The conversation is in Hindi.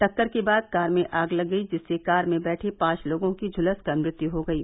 टक्कर के बाद कार में आग लग गई जिससे कार में बैठे पांच लोगों की झुलसकर मृत्यु हो गयी